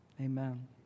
Amen